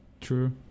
True